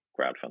crowdfunding